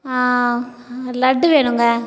லட்டு வேணுங்க